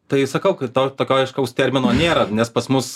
tai sakau kad to tokio aiškaus termino nėra nes pas mus